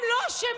הם לא אשמים,